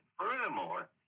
furthermore